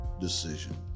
decision